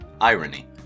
irony